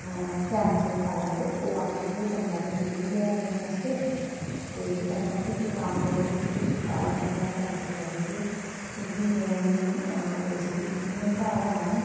cancel पाया ते ओह् आखन लगे ओह् बंदा ते निकली गेदा देने आस्तै ते पर में आखेआ कम्म करो तुस तुस आर्डर उप्परा कैंसल करुड़गे क्योंकि में नेईं लेई सकदी क्योंकि में घर होना नी